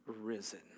risen